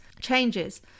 changes